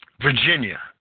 Virginia